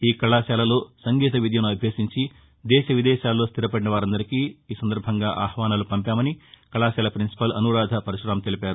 ఈ కళాశాలలో సంగీత విద్యను అభ్యసించి దేశ విదేశాల్లో స్టిరపడిన వారందరికి ఆహ్వానాలు పంపామని కళాశాల ప్రిన్సిపాల్ అసూరాధ పరుశరాం తెలిపారు